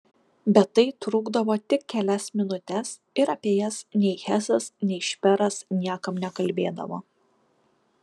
bet tai trukdavo tik kelias minutes ir apie jas nei hesas nei šperas niekam nekalbėdavo